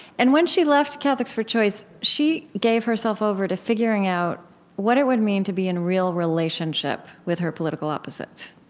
and when she left catholics for choice, she gave herself over to figuring out what it would mean to be in real relationship with her political opposites.